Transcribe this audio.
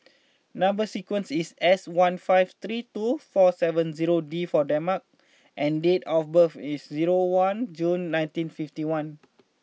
number sequence is S one five three two four seven zero D for the mart and date of birth is zero one June nineteen fifty one